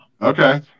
Okay